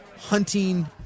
hunting